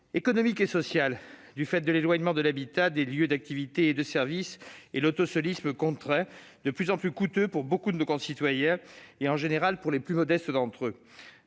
économiques et sociales du fait de l'éloignement de l'habitat des lieux d'activités et de services et de l'autosolisme contraint, de plus en plus coûteux pour beaucoup de nos concitoyens, généralement les plus modestes.